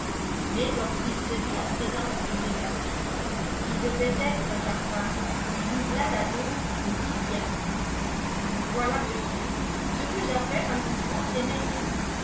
mais lorsqu'il se vit en présence de clémentine qui devait être sa femme il doubla la dose et fit bien voilà monsieur ce que j'appelle un jugement téméraire